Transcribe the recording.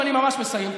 אני ממש מסיים.